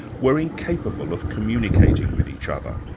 were incapable of communicating with each other.